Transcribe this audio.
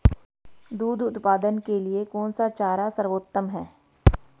दूध उत्पादन के लिए कौन सा चारा सर्वोत्तम है?